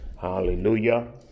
Hallelujah